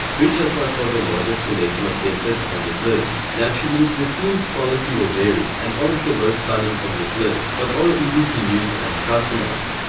bridge has by far the largest collection of templates on this list. naturally, the themes quality will vary and aren't the most stunning on this list but are easy to use and customize.